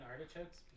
artichokes